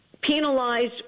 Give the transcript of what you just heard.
penalized